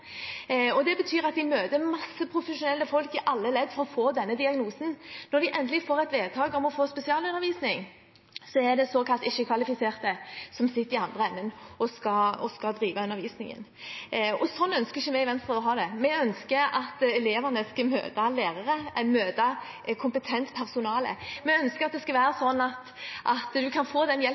og det betyr at de møter en masse profesjonelle folk i alle ledd for å få denne diagnosen. Når de endelig får et vedtak om å få spesialundervisning, er det såkalt ikke-kvalifiserte som sitter i andre enden og skal drive undervisningen. Sånn ønsker ikke vi i Venstre å ha det. Vi ønsker at elevene skal møte lærere, møte kompetent personale. Vi ønsker at det skal være sånn at du kan få den hjelpen